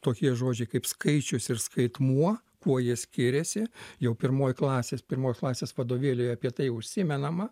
tokie žodžiai kaip skaičius ir skaitmuo kuo jie skiriasi jau pirmoj klasės pirmos klasės vadovėlyje apie tai užsimenama